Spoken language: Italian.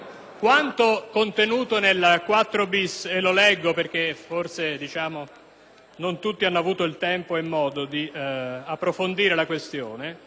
non tutti hanno avuto tempo e modo di approfondire la questione: